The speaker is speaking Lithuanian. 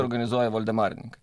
organizuoja voldemarininkai